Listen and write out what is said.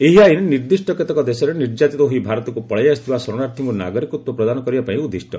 ଏହି ଆଇନ ନିର୍ଦ୍ଦିଷ୍ଟ କେତେକ ଦେଶରେ ନିର୍ଯାତିତ ହୋଇ ଭାରତକୁ ପଳାଇ ଆସିଥିବା ଶରଣାର୍ଥୀଙ୍କୁ ନାଗରିକତ୍ୱ ପ୍ରଦାନ କରିବା ପାଇଁ ଉଦ୍ଦିଷ୍ଟ